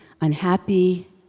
Unhappy